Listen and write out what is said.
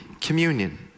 communion